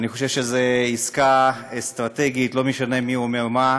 אני חושב שזו עסקה אסטרטגית, לא משנה מי אומר מה,